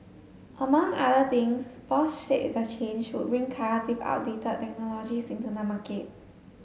among other things Bosch said the change would bring cars with outdated technologies into the market